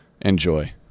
enjoy